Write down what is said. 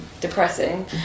depressing